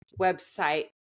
website